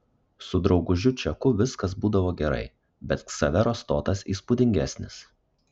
su draugužiu čeku viskas būdavo gerai bet ksavero stotas įspūdingesnis